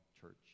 church